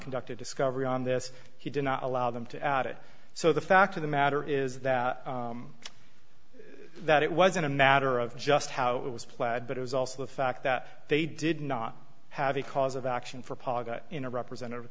conducted discovery on this he did not allow them to add it so the fact of the matter is that that it wasn't a matter of just how it was plaid but it was also the fact that they did not have a cause of action for paga in a representative